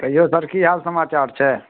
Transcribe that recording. कहियौ सर की हाल समाचार छै